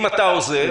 אם אתה עוזב,